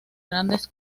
grandes